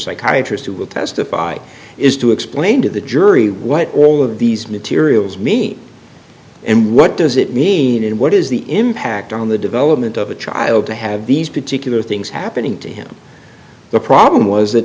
psychiatrist who will testify is to explain to the jury what all of these materials mean and what does it mean and what is the impact on the development of a child to have these particular things happening to him the problem was th